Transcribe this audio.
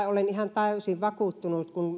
olen täysin vakuuttunut kun